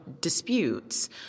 disputes